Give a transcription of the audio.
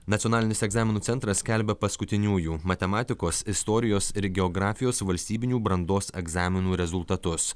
nacionalinis egzaminų centras skelbia paskutiniųjų matematikos istorijos ir geografijos valstybinių brandos egzaminų rezultatus